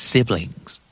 Siblings